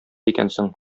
икәнсең